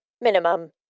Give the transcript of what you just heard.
minimum